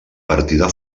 partida